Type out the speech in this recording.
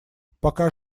пока